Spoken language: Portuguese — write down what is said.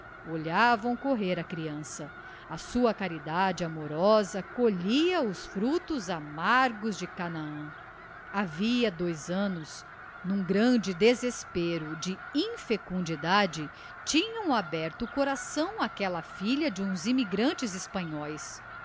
olhavam correr a creança a sua caridade amorosa colhia os fructos amargos de chanaan havia dois annos n'um grande desespero de inf xundidade tinham aberto o coração áquella filha de uns immigrantes hespanhóes